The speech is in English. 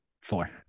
Four